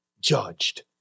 judged